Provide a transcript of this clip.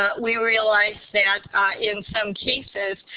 um we realized that in some cases